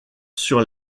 sur